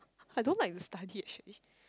I don't like to study actually